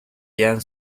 yang